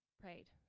prayed